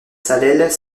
salelles